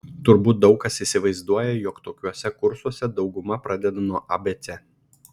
turbūt daug kas įsivaizduoja jog tokiuose kursuose dauguma pradeda nuo abc